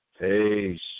Peace